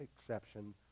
exception